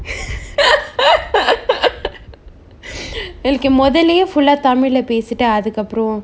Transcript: இல்கு மொதல்லையே:ilku modallaye full ah tamil lah பேசிட்டு அதுக்கப்புறம்:pesittu athukkappuram